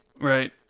Right